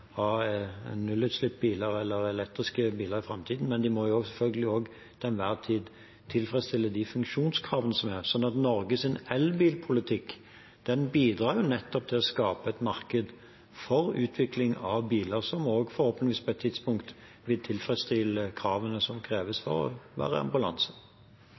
ha nullutslippsbiler, elektriske biler, i framtiden. Men de må selvfølgelig, til enhver tid, tilfredsstille de funksjonskrav som er. Norges elbilpolitikk bidrar nettopp til å skape et marked for utvikling av biler, som forhåpentligvis på et tidspunkt vil tilfredsstille kravene for å være ambulanse.